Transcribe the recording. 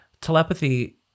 telepathy